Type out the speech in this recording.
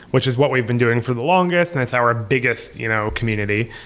which is what we've been doing for the longest and it's our biggest you know community.